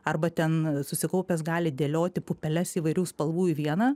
arba ten susikaupęs gali dėlioti pupeles įvairių spalvų į vieną